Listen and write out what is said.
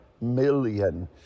million